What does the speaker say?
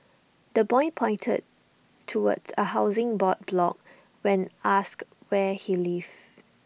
the boy pointed towards A Housing Board block when asked where he lived